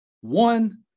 One